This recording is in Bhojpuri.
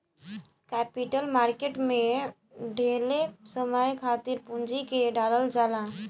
कैपिटल मार्केट में ढेरे समय खातिर पूंजी के डालल जाला